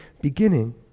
beginning